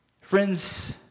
Friends